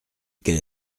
quelle